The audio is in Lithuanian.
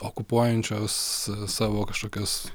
okupuojančios savo kažkokios